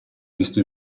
visto